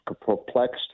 perplexed